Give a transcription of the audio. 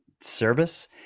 service